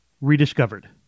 rediscovered